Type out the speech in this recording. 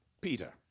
Peter